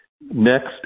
next